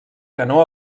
canó